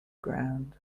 ground